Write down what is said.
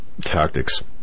tactics